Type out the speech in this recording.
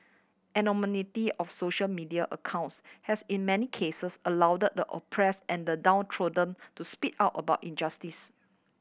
of social media accounts has in many cases allowed the oppressed and the downtrodden to speak out about injustice